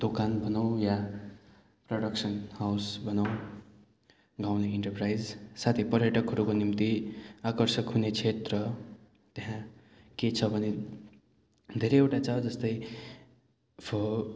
दोकान भनौँ वा प्रोडक्सन हाउस भनौँ गाउँले इन्टरप्राइज साथै पर्यटकहरूको निम्ति आकर्षक हुने क्षेत्र त्यहाँ के छ भने धेरैवटा छ जस्तै